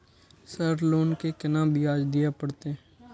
Sir loan के केना ब्याज दीये परतें?